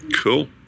cool